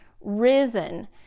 risen